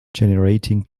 generating